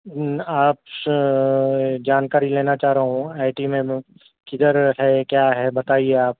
آپ سے جانکاری لینا چاہ رہا ہوں آئی ٹی میں کدھر ہے کیا ہے بتائیے آپ